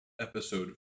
episode